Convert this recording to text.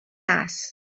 nas